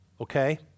okay